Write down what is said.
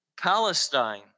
Palestine